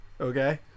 Okay